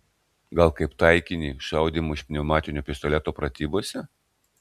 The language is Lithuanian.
gal kaip taikinį šaudymo iš pneumatinio pistoleto pratybose